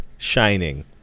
Shining